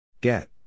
Get